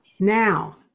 now